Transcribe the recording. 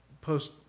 post